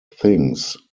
thinks